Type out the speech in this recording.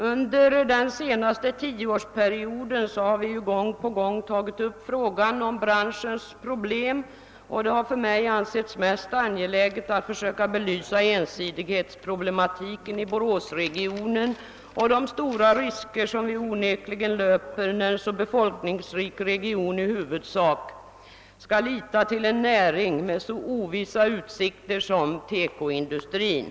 Under den senaste tioårsperioden har vi gång på gång tagit upp frågan om branschens problem, och jag har ansett det mest angeläget att försöka belysa ensidighetsproblematiken i Boråsregionen och de stora risker vi löper när en så befolkningsrik region i huvudsak skall lita till en näring med så ovissa utsikter som TEKO-industrin.